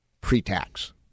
pre-tax